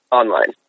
online